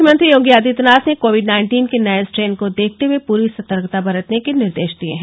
मुख्यमंत्री योगी आदित्यनाथ ने Covid nineteen के नये स्ट्रेन को देखते हुये पूरी सतर्कता बरतने के निर्देश दिये हैं